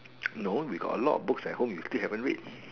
no we got a lot of books at home you still haven't read